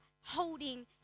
holding